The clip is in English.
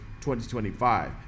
2025